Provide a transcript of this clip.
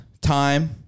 time